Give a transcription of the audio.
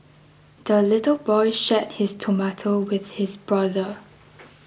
the little boy shared his tomato with his brother